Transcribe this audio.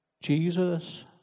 Jesus